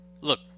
look